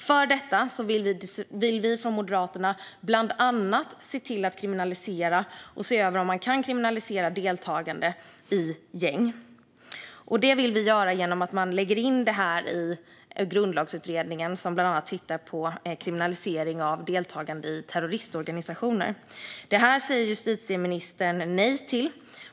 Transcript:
För den sakens skull vill vi från Moderaterna bland annat se till att kriminalisera och se över om man kan kriminalisera deltagande i gäng. Det vill vi göra genom att man lägger in detta i Grundlagsutredningen, som bland annat tittar på kriminalisering av deltagande i terroristorganisationer. Det här säger justitieministern nej till.